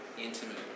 intimate